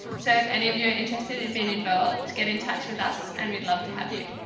so, if any of you are interested in being involved get in touch with us and we'd love to have you.